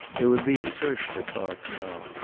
there would be a search for clark now,